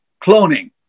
cloning